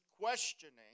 questioning